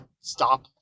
stop